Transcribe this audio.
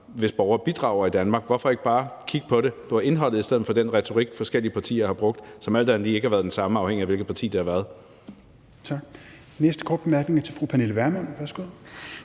hvis borgere bidrager i Danmark. Hvorfor ikke bare kigge på indholdet i stedet for at have den retorik, forskellige partier har brugt, som alt andet lige ikke har været den samme, afhængigt af hvilket parti det har været? Kl. 12:23 Fjerde næstformand